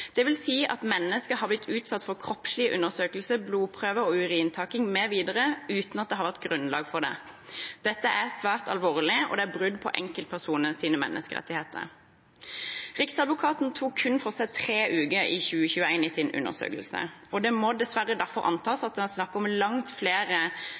at mennesker har blitt utsatt for kroppslige undersøkelser, blodprøve- og urinprøvetaking mv., uten at det har vært grunnlag for det. Dette er svært alvorlig, og det er brudd på enkeltpersoners menneskerettigheter. Riksadvokaten tok kun for seg tre uker i 2021 i sin undersøkelse, og det må dessverre derfor antas